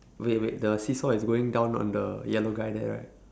wait wait the seesaw is going down on the yellow guy there right